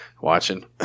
watching